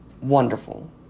wonderful